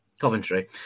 Coventry